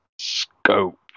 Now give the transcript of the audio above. scope